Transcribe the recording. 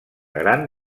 gran